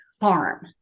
farm